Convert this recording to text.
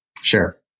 Sure